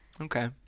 okay